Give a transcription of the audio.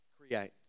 Create